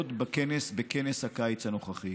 עוד בכנס הקיץ הנוכחי.